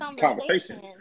conversations